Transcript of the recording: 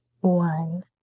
one